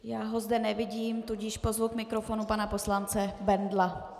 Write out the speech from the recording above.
Já ho zde nevidím, tudíž pozvu k mikrofonu pana poslance Bendla.